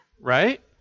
right